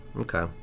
okay